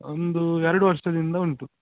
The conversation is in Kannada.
ಒಂದು ಎರಡು ವರ್ಷದಿಂದ ಉಂಟು